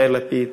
יאיר לפיד,